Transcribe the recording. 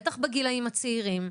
בטח בגילאים הצעירים.